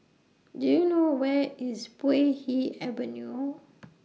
Do YOU know Where IS Puay Hee Avenue